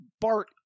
Bart